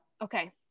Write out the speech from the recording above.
Okay